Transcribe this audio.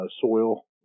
soil